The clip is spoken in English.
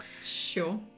Sure